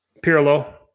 Pirlo